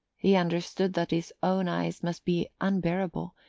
he understood that his own eyes must be unbearable,